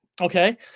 okay